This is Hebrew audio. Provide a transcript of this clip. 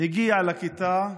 הגיע לכיתה,